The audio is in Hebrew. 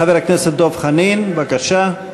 חבר הכנסת דב חנין, בבקשה.